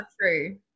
true